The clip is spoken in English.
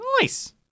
Nice